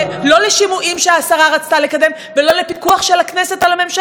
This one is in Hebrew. לא לשימועים שהשרה רצתה לקדם ולא לפיקוח של הכנסת על הממשלה.